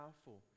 powerful